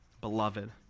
Beloved